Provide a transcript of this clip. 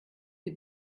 wie